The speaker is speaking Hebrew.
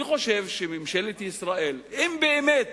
אני חושב שממשלת ישראל, אם היא באמת